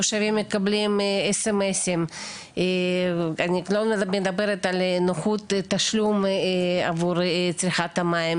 תושבים מקבלים סמסים אני לא מדברת על נוחות תשלום עבור צריכת המים,